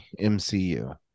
MCU